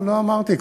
לא, לא אמרתי.